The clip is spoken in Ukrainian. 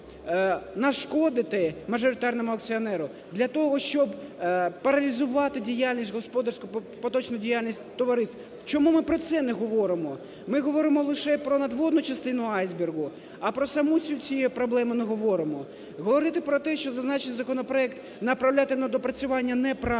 нашкодити мажоритарному акціонеру, для того, щоб паралізувати діяльність господарську, поточну діяльність товариств. Чому ми про це не говоримо? Ми говоримо лише про надводну частину айсбергу, а про саму суть цієї проблеми не говоримо. Говорити про те, що зазначений законопроект направляти на доопрацювання неправильно.